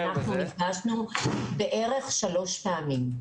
מאמצע יולי אנחנו נפגשנו שלוש פעמים.